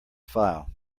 file